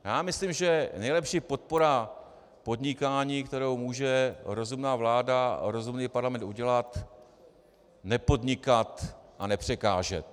Já myslím, že nejlepší podpora podnikání, kterou může rozumná vláda a rozumný parlament udělat nepodnikat a nepřekážet.